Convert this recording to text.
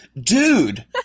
dude